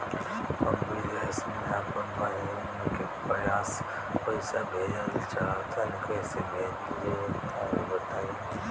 हम विदेस मे आपन बहिन के पास पईसा भेजल चाहऽ तनि कईसे भेजि तनि बताई?